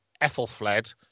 Ethelfled